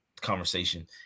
conversation